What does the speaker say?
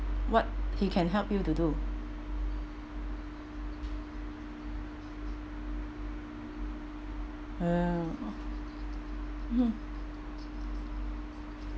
what he can help you to do oh